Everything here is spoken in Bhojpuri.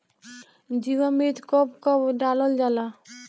जीवामृत कब कब डालल जाला?